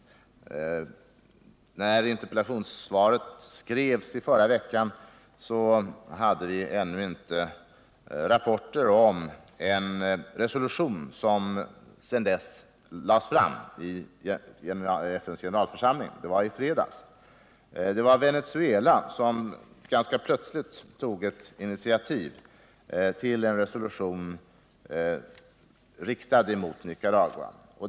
När interpellationssvaret skrevs i förra veckan hade vi ännu inte rapporter om en resolution som sedan dess har lagts fram i FN:s generalförsamling. Det hände i fredags. Det var Venezuela som ganska plötsligt tog ett initiativ till en resolution riktad mot Nicaragua.